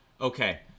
Okay